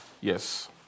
Yes